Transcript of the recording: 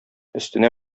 өстенә